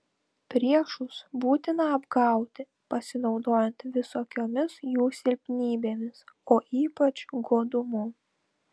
priešus būtina apgauti pasinaudojant visokiomis jų silpnybėmis o ypač godumu